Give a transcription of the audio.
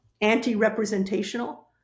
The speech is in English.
anti-representational